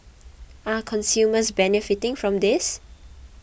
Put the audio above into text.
are consumers benefiting from this